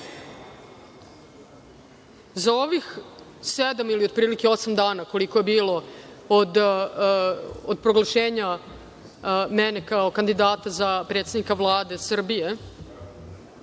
za ovih sedam ili otprilike osam dana, koliko je bilo od proglašenja mene kao kandidata za predsednika Vlade Srbije,